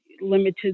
limited